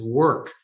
work